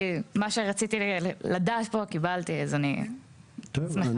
מה שרציתי לדעת פה קיבלתי אז אני שמחה.